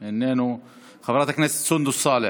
איננו, חברת הכנסת סונדוס סאלח,